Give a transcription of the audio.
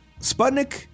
Sputnik